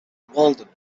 walden